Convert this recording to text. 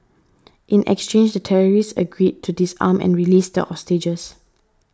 in exchange the terrorists agreed to disarm and released the hostages